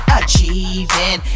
achieving